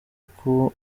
uko